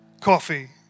coffee